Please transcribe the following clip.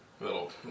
little